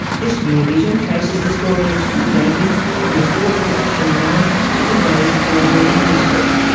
this rear vision traces the story of car making from the ford production line to today's global industry.